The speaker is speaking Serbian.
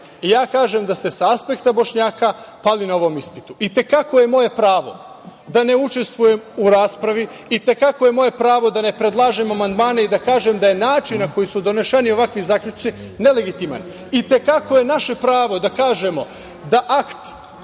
Ja kažem da ste sa aspekta Bošnjaka, pali na ovom ispitu. I te kako je moje pravo da ne učestvujem u raspravi, i te kako je moje pravo da ne predlažem amandmane i da kažem da je način na koji su donešeni ovakvi zaključci nelegitiman. I te kako je naše pravo da kažemo da akt,